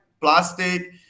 plastic